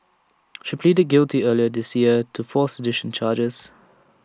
she pleaded guilty earlier this year to four sedition charges